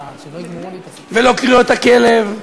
ולא קריאות ה"כלב"